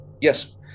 Yes